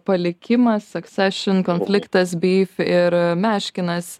palikimas suksešion konfliktas bei ir meškinas